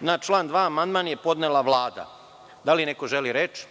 Na član 2. amandman je podnela Vlada. Da li neko želi reč?